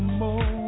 more